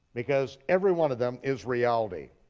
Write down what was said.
because every one of them is reality.